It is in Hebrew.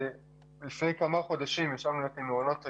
לפני כמה חודשים ישבנו עם מעונות היום,